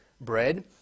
bread